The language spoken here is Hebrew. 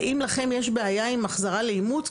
ואם לכם יש בעיה עם החזרה לאימוץ,